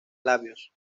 labios